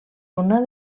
una